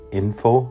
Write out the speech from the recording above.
info